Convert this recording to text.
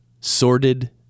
sordid